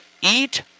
eat